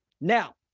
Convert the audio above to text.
Now